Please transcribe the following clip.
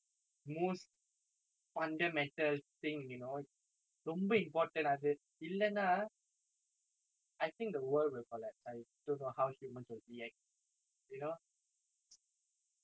ரொம்ப:romba important அது இல்லைன்னா:athu illainaa I think the world will collapse I don't know how humans will react you know oh my god